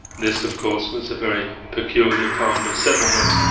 this of course was a very peculiar kind of settlement.